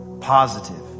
positive